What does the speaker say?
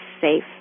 safe